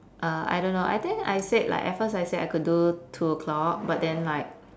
uh I don't know I think I said like at first I said I could do two o'clock but then like